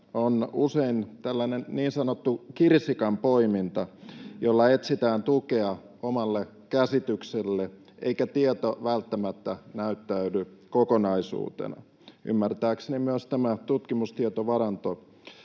on usein ehkä tällainen niin sanottu kirsikanpoiminta, jolla etsitään tukea omalle käsitykselle, eikä tieto välttämättä näyttäydy kokonaisuutena. Ymmärtääkseni myös tämä tutkimustietovaranto